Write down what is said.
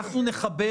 אנחנו לא נאפשר.